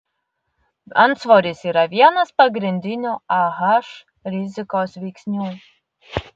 antsvoris yra vienas pagrindinių ah rizikos veiksnių